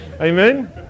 Amen